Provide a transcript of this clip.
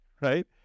right